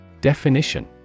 Definition